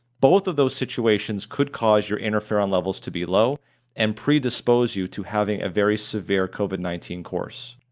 both of those situations could cause your interferon levels to be low and predispose you to having a very severe covid nineteen course,